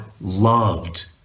loved